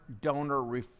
donor